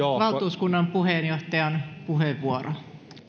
valtuuskunnan puheenjohtajan puheenvuoro